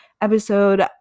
episode